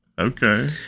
okay